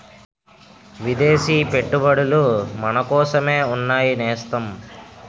విదేశీ పెట్టుబడులు మనకోసమే ఉన్నాయి నేస్తం